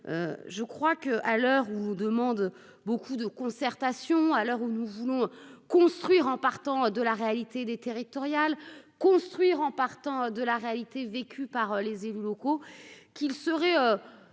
je crois que, à l'heure où demande beaucoup de concertation à l'heure où nous voulons construire en partant de la réalité des territoriales construire en partant de la réalité vécue par les élus locaux, qu'il serait